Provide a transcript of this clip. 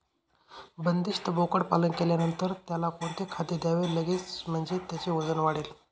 बंदिस्त बोकडपालन केल्यानंतर त्याला कोणते खाद्य द्यावे लागेल म्हणजे त्याचे वजन वाढेल?